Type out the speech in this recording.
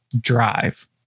drive